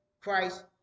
Christ